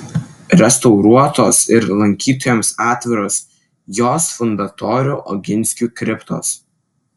restauruotos ir lankytojams atviros jos fundatorių oginskių kriptos